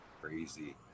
crazy